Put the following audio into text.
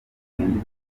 indirimbo